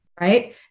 Right